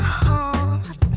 heart